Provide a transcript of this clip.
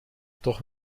toch